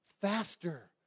faster